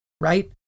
right